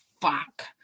fuck